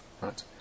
Right